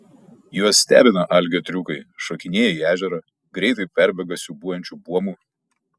juos stebina algio triukai šokinėja į ežerą greitai perbėga siūbuojančiu buomu